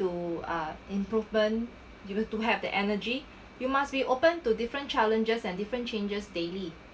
to uh improvement you have to have the energy you must be open to different challenges and different changes daily